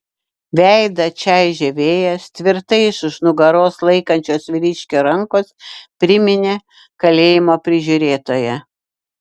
veidą čaižė vėjas tvirtai iš už nugaros laikančios vyriškio rankos priminė kalėjimo prižiūrėtoją